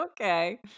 okay